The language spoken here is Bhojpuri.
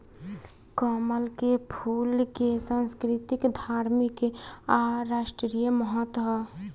कमल के फूल के संस्कृतिक, धार्मिक आ राष्ट्रीय महत्व ह